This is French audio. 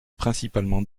principalement